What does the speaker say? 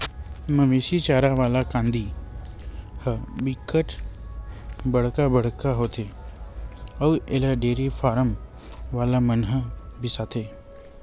मवेशी चारा वाला कांदी ह बिकट बड़का बड़का होथे अउ एला डेयरी फारम वाला मन ह बिसाथे